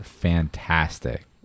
fantastic